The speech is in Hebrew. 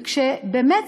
ובאמת,